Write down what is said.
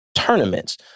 tournaments